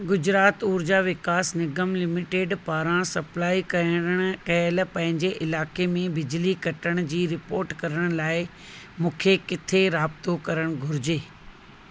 Gujarat Urja Vikas Nigam limited पारां supply करणु कयलु पंहिंजे इलाइक़े में बिजली कटण जी रिपोर्ट करण लाइ मूंखे किथे राबितो करणु घुरिजे